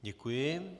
Děkuji.